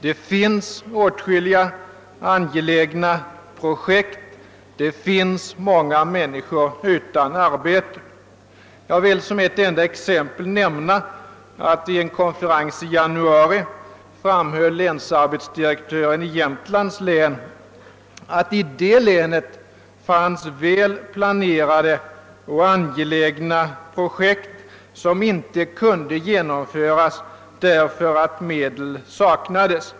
Det finns åtskilliga angelägna projekt, och det är många människor som går utan arbete. Som ett enda exempel vill jag nämna att länsarbetsdirektören i Jämtlands län vid en konferens i januari framhöll att det i detta län fanns väl planerade och angelägna projekt som inte kunde genomföras därför att medel saknades.